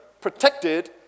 protected